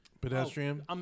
Pedestrian